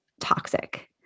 toxic